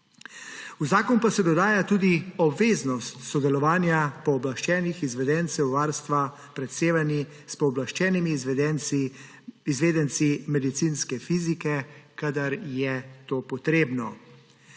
V zakon pa se dodaja tudi obveznost sodelovanja pooblaščenih izvedencev varstva pred sevanji s pooblaščenimi izvedenci medicinske fizike, kadar je to potrebno.